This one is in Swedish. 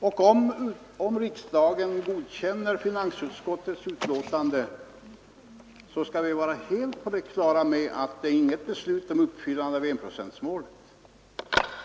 Och om riksdagen godkänner finansutskottets hemställan skall vi vara helt på det klara med att det inte innebär något beslut om uppfyllande av enprocentsmålet.